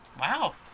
Wow